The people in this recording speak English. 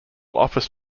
office